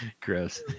Gross